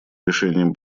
решением